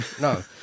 no